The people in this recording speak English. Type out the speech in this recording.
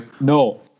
No